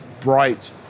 bright